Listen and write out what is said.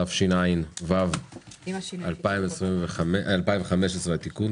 התשע"ו - 2015 (תיקון),